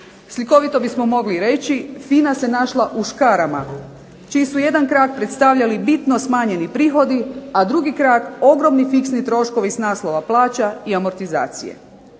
Slikovito bismo mogli reći FINA se našla u škarama čiji su jedan krak predstavljali bitno smanjeni prihodi, a drugi krak ogromni fiksni troškovi s naslova plaća i amortizacije.